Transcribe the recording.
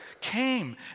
came